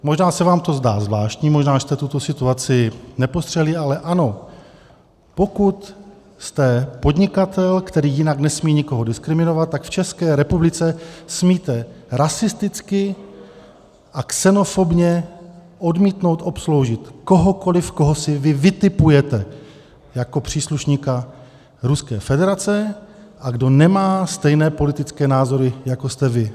Možná se vám to zdá zvláštní, možná jste tuto situaci nepostřehli, ale ano, pokud jste podnikatel, který jinak nesmí nikoho diskriminovat, tak v České republice smíte rasisticky a xenofobně odmítnout obsloužit kohokoliv, koho si vytipujete jako příslušníka Ruské federace a kdo nemá stejné politické názory jako vy.